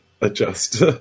adjust